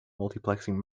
multiplexing